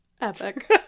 epic